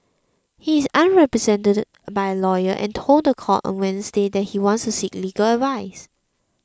he is unrepresented by a lawyer and told the court on Wednesday that he wants to seek legal advice